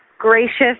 gracious